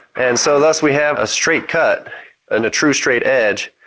and so thus we have a straight cut and a true straight edge